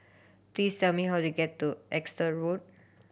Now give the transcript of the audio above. please tell me how to get to Exeter Road